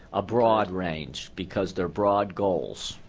a broad range because they're broad goals.